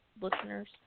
listeners